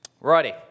Righty